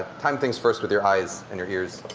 time things first with your eyes, and your ears,